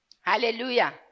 Hallelujah